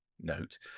note